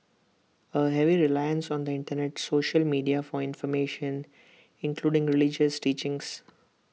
A heavy reliance on the Internet social media for information including religious teachings